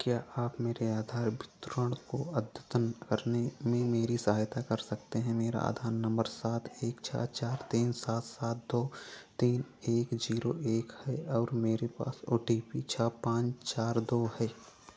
क्या आप मेरे आधार विवरण को अद्यतन करने में मेरी सहायता कर सकते हैं मेरा आधार नंबर सात एक छह चार तीन सात सात दो तीन एक जीरो एक है और मेरे पास ओ टी पी छह पाँच चार दो है